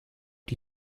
die